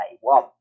one